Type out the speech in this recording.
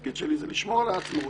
והתפקיד שלי זה לשמור על העצמאות,